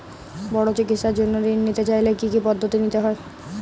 বড় চিকিৎসার জন্য ঋণ নিতে চাইলে কী কী পদ্ধতি নিতে হয়?